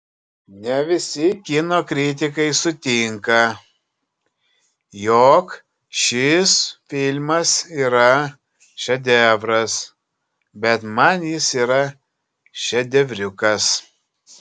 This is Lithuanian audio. ne visi kino kritikai sutinka jog šis filmas yra šedevras bet man jis yra šedevriukas